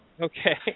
Okay